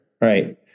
right